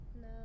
No